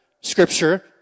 scripture